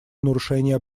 нарушения